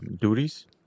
duties